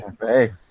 Hey